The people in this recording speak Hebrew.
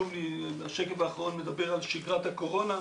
השקף האחרון מדבר על שגרת הקורונה.